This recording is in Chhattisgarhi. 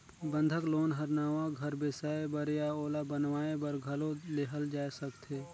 बंधक लोन हर नवा घर बेसाए बर या ओला बनावाये बर घलो लेहल जाय सकथे